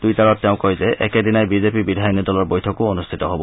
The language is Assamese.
টুইটাৰত তেওঁ কয় যে একেদিনাই বিজেপি বিধায়িনী দলৰ বৈঠকো অনুষ্ঠিত হব